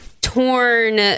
torn